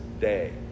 day